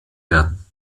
werden